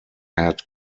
head